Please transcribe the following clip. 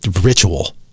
ritual